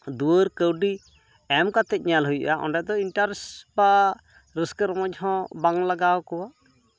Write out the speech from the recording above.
ᱫᱩᱣᱟᱹᱨ ᱠᱟᱹᱣᱰᱤ ᱮᱢ ᱠᱟᱛᱮᱫ ᱧᱮᱞ ᱦᱩᱭᱩᱜᱼᱟ ᱚᱸᱰᱮ ᱫᱚ ᱤᱱᱴᱟᱨᱮᱥᱴ ᱵᱟ ᱨᱟᱹᱥᱠᱟᱹ ᱨᱚᱢᱚᱡᱽ ᱦᱚᱸ ᱵᱟᱝ ᱞᱟᱜᱟᱣ ᱠᱚᱣᱟ